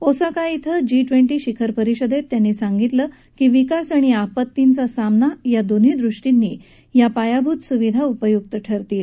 Osaka क्वे G twenty शिखर परिषदेत त्यांनी सांगितलं की विकास आणि आपत्तींचा सामना या दोन्ही दृष्टींनी या पायाभूत सुविधा उपयुक ठरतील